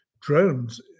drones